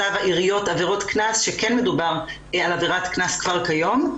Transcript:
עבירות קנס שכן מדובר על עבירת קנס כבר היום,